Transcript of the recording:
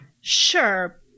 Sure